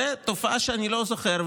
זאת תופעה שאני לא זוכר.